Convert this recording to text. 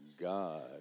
God